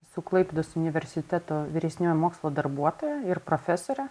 su klaipėdos universiteto vyresnioja mokslo darbuotoja ir profesore